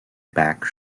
back